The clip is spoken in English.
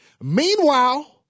Meanwhile